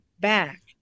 back